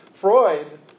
Freud